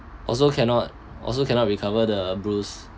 also cannot also cannot recover the bruise